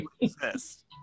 exist